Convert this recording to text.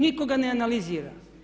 Nitko ga ne analizira.